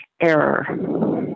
error